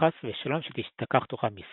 חס ושלום שתשכח תורה מישראל"